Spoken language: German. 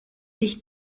nicht